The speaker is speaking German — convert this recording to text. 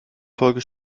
folge